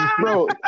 Bro